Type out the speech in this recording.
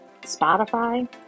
Spotify